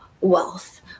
wealth